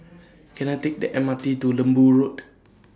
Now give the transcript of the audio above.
Can I Take The M R T to Lembu Road